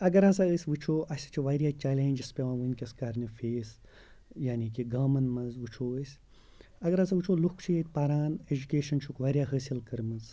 اگر ہَسا أسۍ وٕچھو اَسہِ چھِ واریاہ چلینٛجِز پیٚوان وٕنکیٚس کَرنہِ فیس یعنی کہِ گامَن منٛز وُچھو أسۍ اگر ہَسا وُچھو لُکھ چھِ ییٚتہِ پَران ایجوکیشَن چھُکھ واریاہ حٲصِل کٔرمٕژ